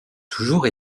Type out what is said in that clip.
toujours